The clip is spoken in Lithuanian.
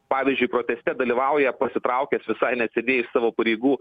pavyzdžiui proteste dalyvauja pasitraukęs visai neseniai iš savo pareigų